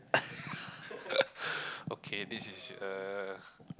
okay this is a